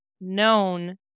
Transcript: known